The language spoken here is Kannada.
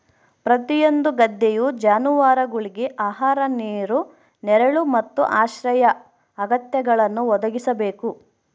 ಪ್ರತಿಯೊಂದು ಗದ್ದೆಯು ಜಾನುವಾರುಗುಳ್ಗೆ ಆಹಾರ ನೀರು ನೆರಳು ಮತ್ತು ಆಶ್ರಯ ಅಗತ್ಯಗಳನ್ನು ಒದಗಿಸಬೇಕು